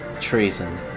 Treason